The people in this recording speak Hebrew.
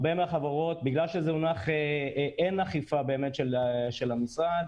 אין אכיפה באמת של המשרד,